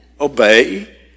obey